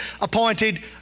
appointed